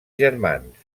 germans